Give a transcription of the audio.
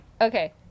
Okay